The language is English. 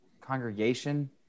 Congregation